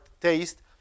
taste